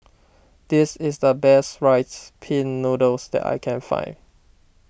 this is the best Rice Pin Noodles that I can find